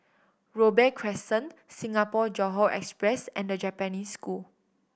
Robey Crescent Singapore Johore Express and The Japanese School